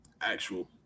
actual